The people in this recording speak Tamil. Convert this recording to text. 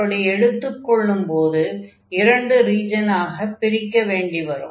அப்படி எடுத்துக் கொள்ளும் போது இரண்டு ரீஜன்களாக பிரிக்க வேண்டி வரும்